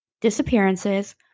disappearances